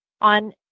on